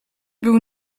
był